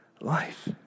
life